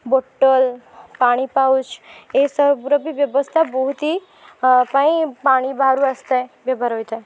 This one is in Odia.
ବୋଟଲ୍ ପାଣି ପାଉଚ୍ ଏସବୁର ବି ବ୍ୟବସ୍ଥା ବହୁତ ପାଇଁ ପାଣି ବାହାରୁ ଆସିଥାଏ ବ୍ୟବହାର ହୋଇଥାଏ